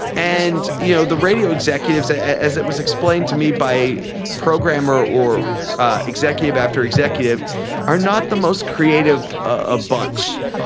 and you know the radio executives ah as it was explained to me by program or or executive after executive are not the most creative ah bunch.